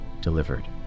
Delivered